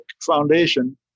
foundation